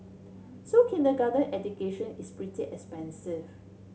so kindergarten education is pretty expensive